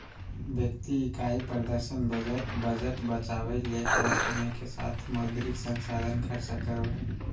व्यक्ति इकाई प्रदर्शन बजट बचावय ले और समय के साथ मौद्रिक संसाधन खर्च करो हइ